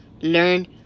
learn